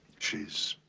she's.